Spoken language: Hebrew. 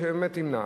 ושבאמת ימנע.